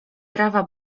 trawa